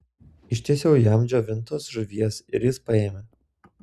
ištiesiau jam džiovintos žuvies ir jis paėmė